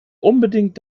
unbedingt